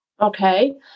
okay